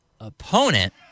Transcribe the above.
opponent